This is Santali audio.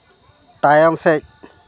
ᱛᱟᱭᱚᱢ ᱥᱮᱫ